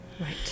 right